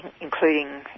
including